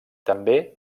també